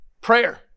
Prayer